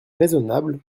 raisonnable